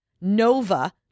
Nova